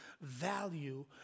value